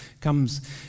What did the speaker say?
comes